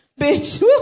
Bitch